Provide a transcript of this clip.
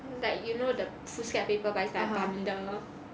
like you know the foolscap paper but it's like bundle